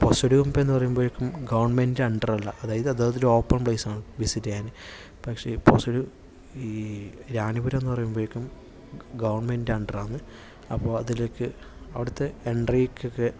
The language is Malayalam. പോസിടി ഗോംപെ എന്ന് പറയുമ്പത്തേക്കും ഗവൺമൻറ്റ് അണ്ടറിലാണ് അതായത് ഓപ്പൺ പ്ലേസ് ആണ് വിസിറ്റ് ചെയ്യാൻ പക്ഷേ ഈ റാണിപുരം എന്നുപറയുമ്പത്തേക്കും ഗവൺമൻറ്റ് അണ്ടറാണ് അപ്പോൾ അതിലേക്ക് അവിടുത്തെ എൻട്രിക്കൊക്കെ